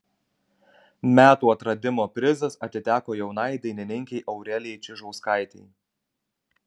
metų atradimo prizas atiteko jaunai dainininkei aurelijai čižauskaitei